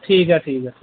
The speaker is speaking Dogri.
ठीक ऐ ठीक ऐ